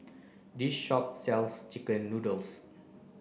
this shop sells chicken noodles